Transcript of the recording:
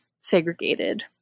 segregated